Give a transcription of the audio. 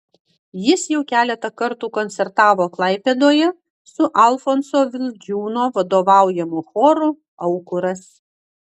jis jau keletą kartų koncertavo klaipėdoje su alfonso vildžiūno vadovaujamu choru aukuras